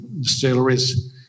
distilleries